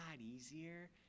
easier